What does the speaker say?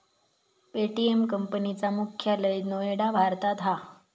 Paytm company चा मुख्यालय नोएडा भारतात हा